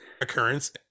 occurrence